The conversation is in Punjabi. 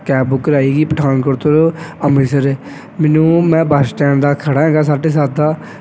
ਕੈਬ ਬੁੱਕ ਕਰਵਾਈ ਸੀ ਪਠਾਨਕੋਟ ਤੋਂ ਅੰਮ੍ਰਿਤਸਰ ਮੈਨੂੰ ਮੈਂ ਬੱਸ ਸਟੈਂਡ ਦਾ ਖੜ੍ਹਾ ਹੈਗਾ ਸਾਢੇ ਸੱਤ ਦਾ